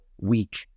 weak